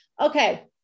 okay